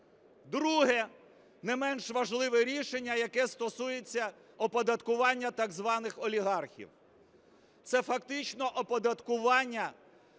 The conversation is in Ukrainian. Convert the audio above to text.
Друге не менш важливе рішення, яке стосується оподаткування так званих олігархів. Це фактично оподаткування